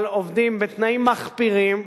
אבל עובדים בתנאים מחפירים.